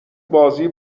بازی